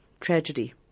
tragedy